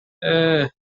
eee